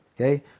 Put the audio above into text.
okay